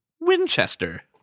winchester